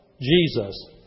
Jesus